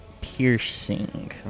piercing